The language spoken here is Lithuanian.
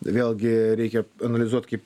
vėlgi reikia analizuot kaip